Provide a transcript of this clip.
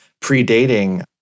predating